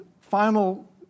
final